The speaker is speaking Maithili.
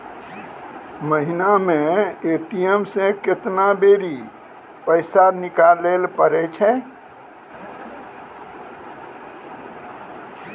महिना मे ए.टी.एम से केतना बेरी पैसा निकालैल पारै छिये